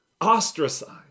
ostracized